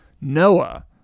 Noah